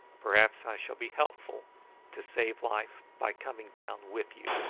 perhaps i shall be helping to save life by coming down with you.